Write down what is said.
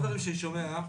לפי הדברים שאני שומע,